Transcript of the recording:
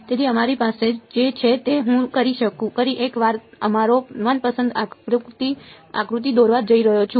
તેથી અમારી પાસે જે છે તે હું ફરી એક વાર અમારો મનપસંદ આકૃતિ દોરવા જઈ રહ્યો છું